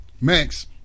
Max